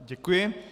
Děkuji.